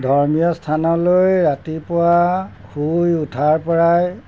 ধৰ্মীয় স্থানলৈ ৰাতিপুৱা শুই উঠাৰ পৰাই